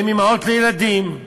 הן אימהות לילדים,